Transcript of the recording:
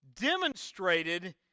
demonstrated